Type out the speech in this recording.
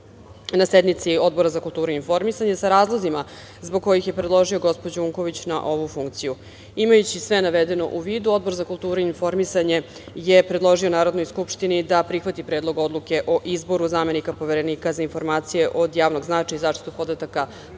na sednici Odbora za kulturu i informisanje sa razlozima zbog koji je predložio gospođu Unković na ovu funkciju. Imajući sve navedeno u vidu, Odbor za kulturu i informisanje je predložio Narodnoj skupštini da prihvati Predlog odluke o izboru zamenika Poverenika za informacije od javnog značaja i za zaštitu podataka